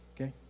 Okay